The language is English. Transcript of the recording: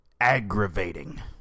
aggravating